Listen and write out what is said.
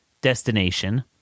destination